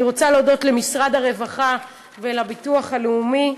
אני רוצה להודות למשרד הרווחה ולביטוח הלאומי,